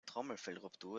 trommelfellruptur